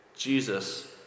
Jesus